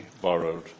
borrowed